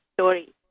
story